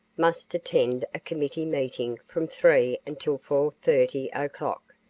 must attend a committee meeting from three until four thirty o'clock,